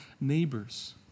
neighbors